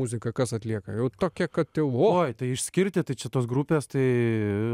muziką kas atlieka jau tokie kad jau oi tai išskirti tai čia tos grupės tai